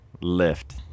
lift